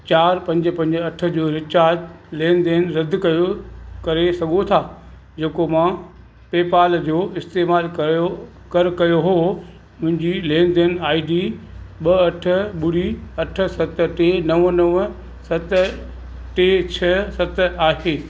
चारि पंज पंज अठ जो रिचार्ज लेन देन रदि कयो करे सघो था जेको मां पेपाल जो इस्तेमालु कयो कर कयो हो मुंहिंजी लेन देन आई डी ॿ अठ ॿुड़ी अठ सत टे नव नव सत टे छह सत आहे